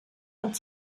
und